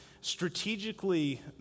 strategically